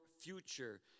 future